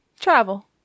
travel